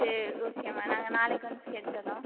சரி ஓகேம்மா நாங்கள் நாளைக்கு வந்து சேர்த்துட்றோம்